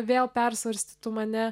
vėl persvarstytų mane